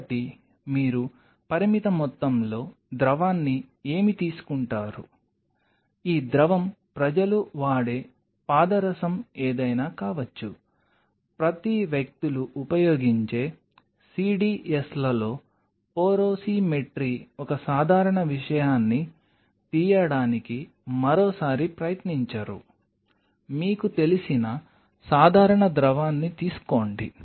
కాబట్టి మీరు పరిమిత మొత్తంలో ద్రవాన్ని ఏమి తీసుకుంటారు ఈ ద్రవం ప్రజలు వాడే పాదరసం ఏదైనా కావచ్చు ప్రతి వ్యక్తులు ఉపయోగించే సిడిఎస్లలో పోరోసిమెట్రీ ఒక సాధారణ విషయాన్ని తీయడానికి మరొకసారి ప్రయత్నించరు మీకు తెలిసిన సాధారణ ద్రవాన్ని తీసుకోండి